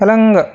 पलंग